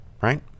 right